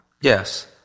Yes